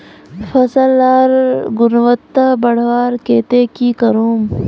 फसल लार गुणवत्ता बढ़वार केते की करूम?